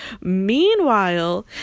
Meanwhile